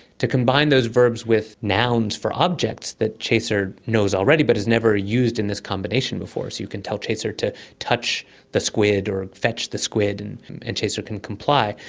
to combine those verbs with nouns for objects that chaser knows already but has never used in this combination before. so you can tell chaser to touch the squid or fetch the squid and and chaser can comply.